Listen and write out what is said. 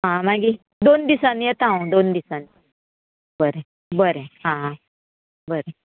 आं मागीर दोन दिसांनी येता हांव दोन दिसांनी बरें बरें आं बरें